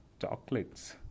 chocolates